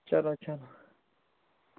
چلو چلو